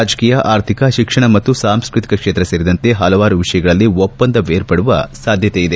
ರಾಜಕೀಯ ಆರ್ಥಿಕ ಶಿಕ್ಷಣ ಮತ್ತು ಸಾಂಸ್ನತಿಕ ಕ್ಷೇತ್ರ ಸೇರಿದಂತೆ ಪಲವಾರು ವಿಷಯಗಳಲ್ಲಿ ಒಪ್ಪಂದವೇರ್ಪಡುವ ಸಾಧ್ಯತೆ ಇದೆ